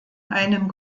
einem